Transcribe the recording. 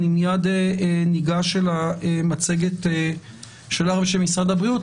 מיד ניגש אל המצגת שלך ושל משרד הבריאות.